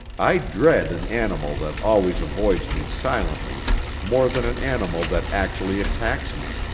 i dread an animal that always avoids me silently more than an animal that actually attacks me.